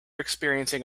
experiencing